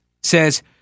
says